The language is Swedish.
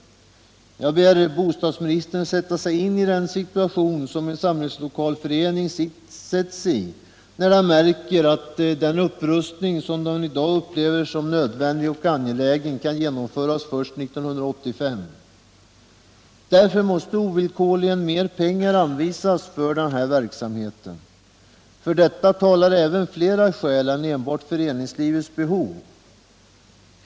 Jag ber bostadsministern tänka sig in i den situation som en samlingslokalförening sätts I när den märker att den upprustning som i dag upplevs som nödvändig och angelägen kan genomföras först 1985. Därför måste ovillkorligen mer pengar anvisas till denna verksamhet. För detta talar även andra skäl än enbart föreningslivets behov.